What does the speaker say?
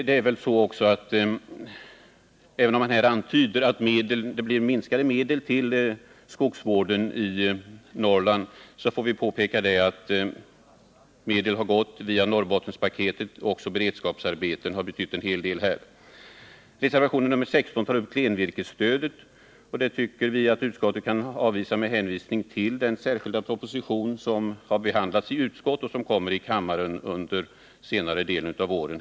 Det antyds att det blir minskade medel till skogsvården i Norrland, men jag vill där påpeka att medel har gått via Norrbottenspaketet. Beredskapsarbeten har också betytt en hel del. Reservationen 16 tar upp klenvirkesstödet, men utskottet vill avvisa begäran om sådant stöd med hänvisning till den särskilda proposition som har behandlats i utskottet och som kommer upp till behandling i kammaren under senare delen av våren.